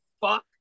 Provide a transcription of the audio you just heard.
fuck